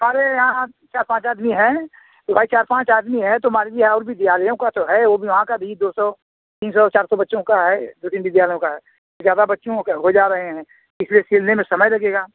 हमारे यहाँ चार पाँच आदमी हैं कि भाई चार पाँच आदमी हैं तो मान लीजिए और विद्यालयों का तो है वो भी वहाँ का भी दो सौ तीन सौ चार सौ बच्चों का है दो तीन विद्यालयों का है तो ज्यादा बच्चों के हो जा रहे हैं इसलिए सिलने में समय लगेगा